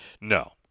No